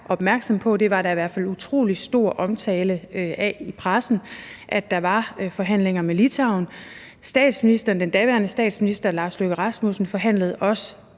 opmærksom på. Der var i hvert fald utrolig stor omtale af det i pressen, altså at der var forhandlinger med Litauen. Den daværende statsminister, Lars Løkke Rasmussen, forhandlede også